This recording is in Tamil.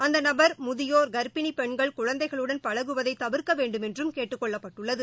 அந்தநபர் முதியோர் கள்ப்பிணிபெண்கள் குழந்தைகளுடன் பழகுவதைதவிர்க்கவேண்டுமென்றும் கேட்டுக் கொள்ளப்பட்டுள்ளது